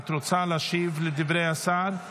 את רוצה להשיב לדברי השר?